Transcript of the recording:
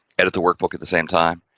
edit the workbook at the same time.